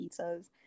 pizzas